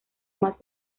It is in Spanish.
más